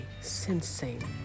sensing